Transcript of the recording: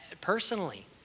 personally